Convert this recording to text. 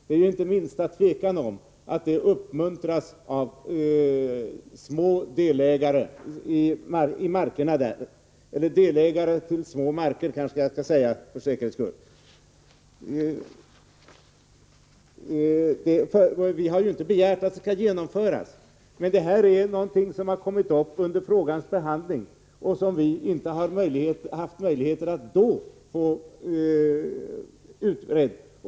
Det råder ju inte minsta tvivel om att det uppmuntras av delägare till små marker. Vi har ju inte begärt att detta skall genomföras. Men det är någonting som har kommit upp under frågans behandling och som vi inte haft möjligheter att då få utrett.